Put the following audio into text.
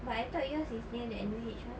but I thought yours is near the N_U_H [one]